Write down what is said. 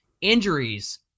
injuries